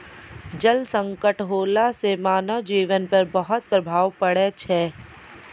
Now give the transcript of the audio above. जल संकट होला सें मानव जीवन पर बहुत प्रभाव पड़ै छै